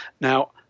now